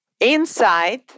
Inside